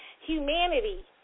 humanity